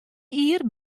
jier